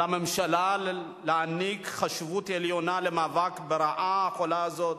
על הממשלה להעניק חשיבות עליונה למאבק ברעה החולה הזאת,